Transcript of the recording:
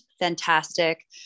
Fantastic